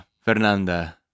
Fernanda